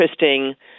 interesting